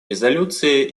резолюции